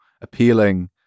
appealing